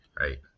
right